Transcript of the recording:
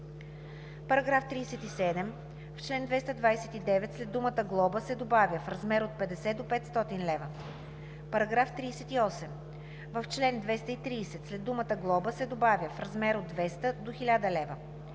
лв.“. § 37. В чл. 229 след думата „глоба“ се добавя „в размер от 50 до 500 лв.“. § 38. В чл. 230 след думата „глоба“ се добавя „в размер от 200 до 1000 лв.“.